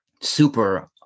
super